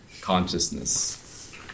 consciousness